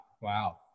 Wow